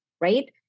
right